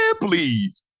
please